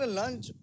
lunch